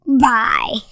Bye